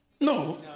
No